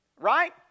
right